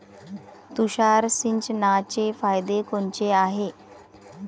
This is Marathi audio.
तुषार सिंचनाचे फायदे कोनचे हाये?